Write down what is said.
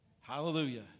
Hallelujah